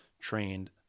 trained